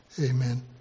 Amen